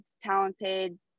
talented